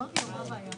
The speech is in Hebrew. מה האכיפה